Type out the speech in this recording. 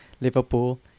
Liverpool